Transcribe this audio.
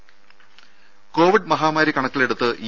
ദ്ദേ കോവിഡ് മഹാമാരി കണക്കിലെടുത്ത് ഇ